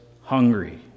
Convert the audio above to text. hungry